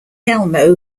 elmo